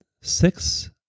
six